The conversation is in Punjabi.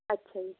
ਅੱਛਾ ਜੀ